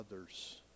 others